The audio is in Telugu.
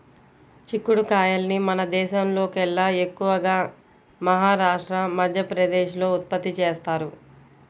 చిక్కుడు కాయల్ని మన దేశంలోకెల్లా ఎక్కువగా మహారాష్ట్ర, మధ్యప్రదేశ్ లో ఉత్పత్తి చేత్తారు